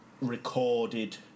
recorded